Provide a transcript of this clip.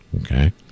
okay